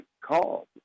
call